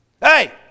Hey